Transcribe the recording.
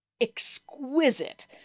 exquisite